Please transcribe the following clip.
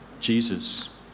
Jesus